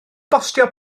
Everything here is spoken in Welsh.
bostio